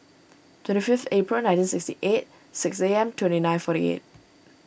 twenty fifth April nineteen sixty eight six A M twenty nine forty eight